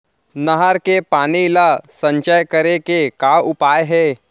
नहर के पानी ला संचय करे के का उपाय हे?